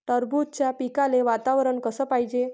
टरबूजाच्या पिकाले वातावरन कस पायजे?